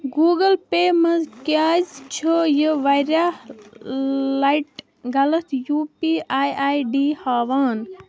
Google پے منٛز کیٛازِ چھُ یہِ واریاہ لَٹہِ غلط U P I I D ہاوان